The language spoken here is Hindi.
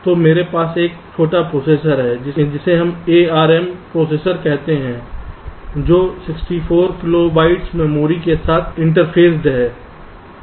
तो मेरे पास एक छोटा प्रोसेसर है जिसे हम ARM प्रोसेसर कहते है जो 64 किलो बाइट्स मेमोरी के साथ इंटरफेसेड है